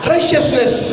Righteousness